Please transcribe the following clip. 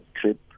trip